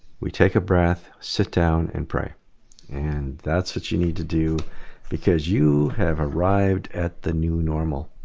we take a breath, sit down, and pray and that's what you need to do because you have arrived at the new normal